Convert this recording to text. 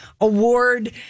award